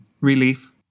Relief